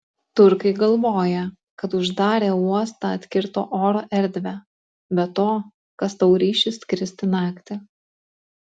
turkai galvoja kad uždarę uostą atkirto oro erdvę be to kas tau ryšis skristi naktį